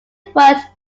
worked